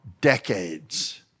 decades